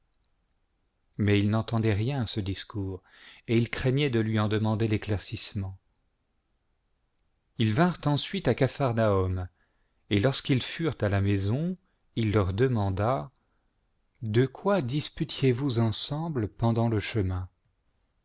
mais ils n'entendaient rien à ce discours et ils craignaient de lui en demander l'éclaircissement ils vinrent ensuite à capharnaûm et lorsqu'ils furent à la maison il leur demanda de quoi disputiez vous ensemble pendant le chemin